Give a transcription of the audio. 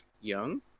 young